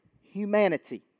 humanity